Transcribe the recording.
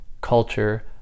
culture